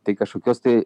tai kažkokios tai